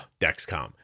Dexcom